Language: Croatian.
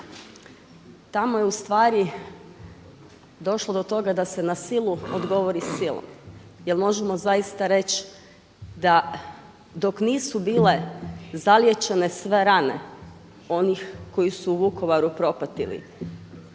Tamo je ustvari došlo do toga da se na silu odgovori silom. Jer možemo zaista reći da dok nisu bile zaliječene sve rane onih koji su u Vukovaru propatili